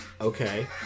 Okay